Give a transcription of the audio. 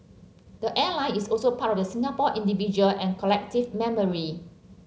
the airline is also part of the Singapore individual and collective memory